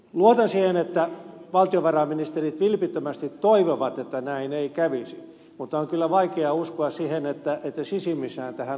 luotan siihen että valtiovarainministerit vilpittömästi toivovat että näin ei kävisi mutta on kyllä vaikea uskoa siihen että sisimmissään tähän uskoisivat